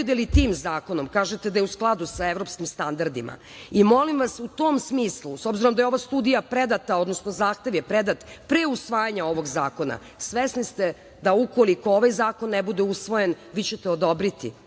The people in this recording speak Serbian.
tim zakonom, kažete da je u skladu sa evropskim standardima. Molim vas, u tom smislu, s obzirom da je ova studija predata, odnosno zahtev je predat pre usvajanja ovog zakona, svesni ste da ukoliko ovaj zakon ne bude usvojen vi ćete odobriti